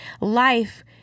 life